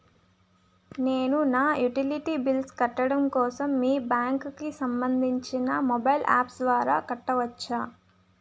నేను నా utility bills కట్టడం కోసం మీ బ్యాంక్ కి సంబందించిన మొబైల్ అప్స్ ద్వారా కట్టవచ్చా?